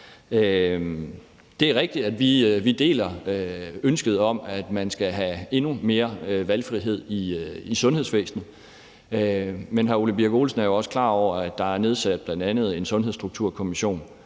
Det er rigtigt, at vi deler ønsket om, at man skal have endnu mere valgfrihed i sundhedsvæsenet. Men hr. Ole Birk Olesen er jo også klar over, at der er nedsat bl.a. en Sundhedsstrukturkommission,